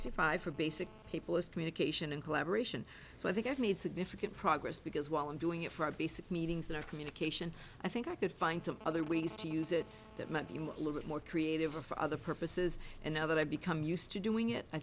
to five for basic people as communication and collaboration so i think i've made significant progress because while i'm doing it for basic meetings that are communication i think i could find some other ways to use it that might be a little more creative or for other purposes and now that i've become used to doing it i